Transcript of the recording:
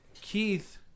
keith